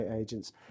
agents